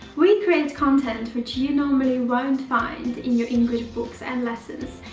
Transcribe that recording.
we create content which you normally won't find in your english books and lessons.